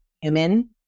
human